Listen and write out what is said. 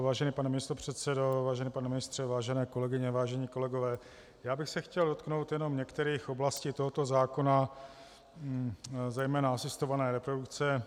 Vážený pane místopředsedo, vážený pane ministře, vážené kolegyně, vážení kolegové, já bych se chtěl dotknout jenom některých oblastí tohoto zákona, zejména asistované reprodukce.